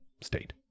state